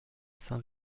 saint